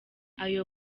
ayo